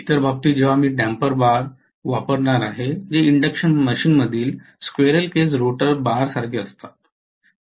इतर बाबतीत जेव्हा मी डॅम्पर बार वापरणार आहे जे इंडक्शन मशीनमधील स्क्वेरिल केज रोटर बारसारखे असतात